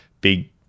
big